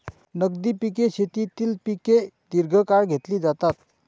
नगदी पिके शेतीतील पिके दीर्घकाळ घेतली जातात